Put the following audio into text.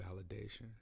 validation